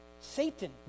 Satan